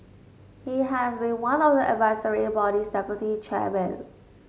he has been one of the advisory body's deputy chairmen